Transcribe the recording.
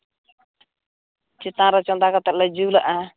ᱪᱮᱛᱟᱱ ᱨᱮ ᱪᱚᱸᱫᱟ ᱠᱟᱛᱮ ᱞᱮ ᱡᱩᱞᱟᱜᱼᱟ